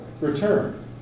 return